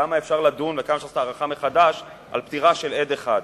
כמה אפשר לדון וכמה אפשר לעשות הערכה מחדש על פטירה של עד אחד?